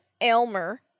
Elmer